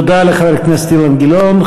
תודה לחבר הכנסת אילן גילאון.